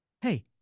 Hey